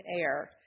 air